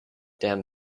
damn